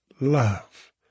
love